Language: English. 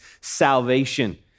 salvation